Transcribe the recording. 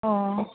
ஓ